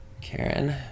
Karen